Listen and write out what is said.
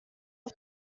auf